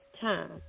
time